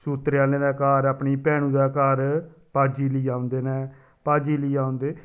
सूत्तरे आह्लें दे घर अपनी भैनू दे घर भाजी लिये औंदे न भाजी लिये औंदे